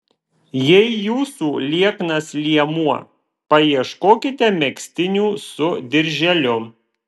jei jūsų lieknas liemuo paieškokite megztinių su dirželiu